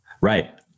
Right